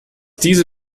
diese